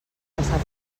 passar